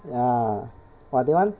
ya !wah! that one